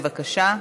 בבקשה.